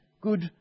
good